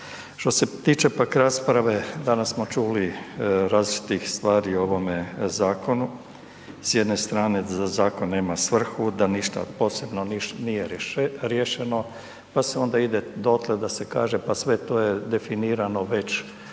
Što se tiče pak rasprave, danas smo čuli različitih stvari o ovome zakonu, s jedne strane da zakon nema svrhu, da ništa od posebno nije riješeno, pa se onda ide dotle da se kaže, pa sve to je definirano već u,